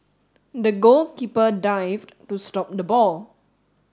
the goalkeeper dived to stop the ball